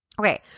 Okay